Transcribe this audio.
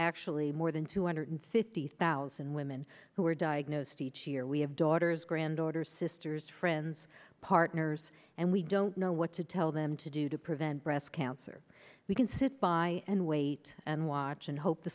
actually more than two hundred fifty thousand women who are diagnosed each year we have daughters granddaughters sisters friends partners and we don't know what to tell them to do to prevent breast cancer we can sit by and wait and watch and hope the